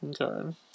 Okay